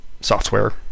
software